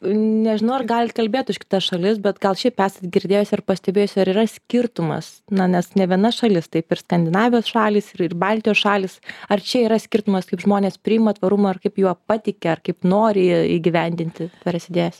nežinau ar galit kalbėt už kitas šalis bet gal šiaip esat girdėjusi ar pastebėjusi ar yra skirtumas na nes ne viena šalis taip ir skandinavijos šalys ir ir baltijos šalys ar čia yra skirtumas kaip žmonės priima tvarumą ir kaip juo patiki ar kaip nori įgyvendinti tvarias idėjas